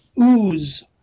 ooze